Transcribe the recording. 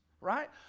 Right